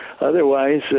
Otherwise